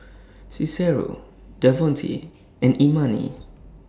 Cicero Davonte and Imani